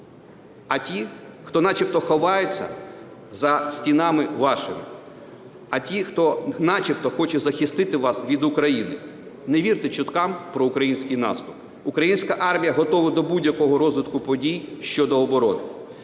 а ті, хто начебто ховаються за стінами вашими, а ті, хто начебто хоче захистити вас від України. Не вірте чуткам про український наступ. Українська армія готова до будь-якого розвитку подій щодо оборони.